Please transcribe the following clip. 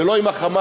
ולא עם ה"חמאס",